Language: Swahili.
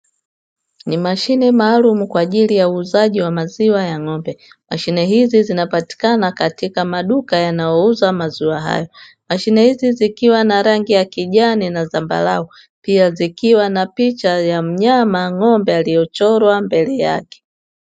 Ni mashine maalum kwaajili ya uuzaji wa maziwa ya ng'ombe. Mashine hizi zinapatikana katika maduka yanayouza maziwa hayo. Mashine hizi zikiwa na rangi ya kijani na zambarau pia zikiwa na picha ya mnyama ng'ombe aliyechorwa mbele yake.